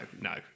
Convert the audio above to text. no